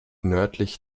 nördlich